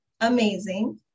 amazing